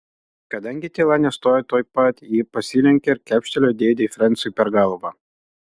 kadangi tyla nestojo tuoj pat ji pasilenkė ir kepštelėjo dėdei frensiui per galvą